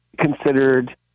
considered